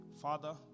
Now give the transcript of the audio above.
Father